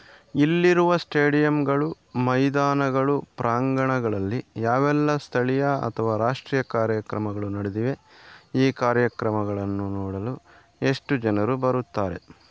ಇಲ್ಲಿರುವ ಸ್ಟೇಡಿಯಂಗಳು ಮೈದಾನಗಳು ಪ್ರಾಂಗಣಗಳಲ್ಲಿ ಯಾವೆಲ್ಲ ಸ್ಥಳೀಯ ಅಥವಾ ರಾಷ್ಟ್ರೀಯ ಕಾರ್ಯಕ್ರಮಗಳು ನಡೆದಿವೆ ಈ ಕಾರ್ಯಕ್ರಮಗಳನ್ನು ನೋಡಲು ಎಷ್ಟು ಜನರು ಬರುತ್ತಾರೆ